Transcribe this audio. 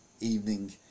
evening